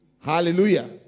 Hallelujah